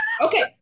Okay